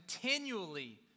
continually